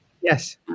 Yes